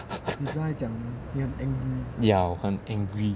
ya 我很 angry